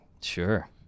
Sure